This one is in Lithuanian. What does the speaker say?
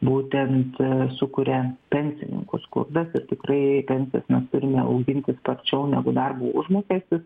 būtent sukuria pensininkų skurdas ir tikrai pensijas mes turime auginti sparčiau negu darbo užmokestis